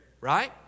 right